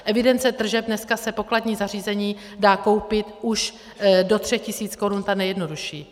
Evidence tržeb, dneska se pokladní zařízení dá koupit už do 3 000 korun, ta nejjednodušší.